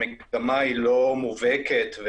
המגמה היא לא מובהקת,